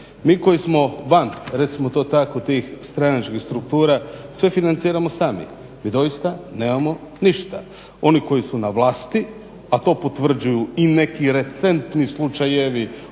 Mi koji smo van recimo to tako, tih stranačkih struktura sve financiramo samo i doista nemamo ništa. Oni koji su na vlasti, a to potvrđuju i neki recentni slučajevi